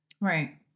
Right